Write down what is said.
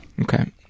Okay